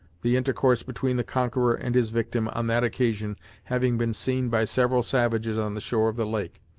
the intercourse between the conqueror and his victim on that occasion having been seen by several savages on the shore of the lake,